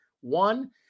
One